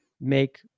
make